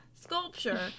sculpture